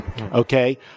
Okay